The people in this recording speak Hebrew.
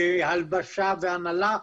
הלבשה והנעלה,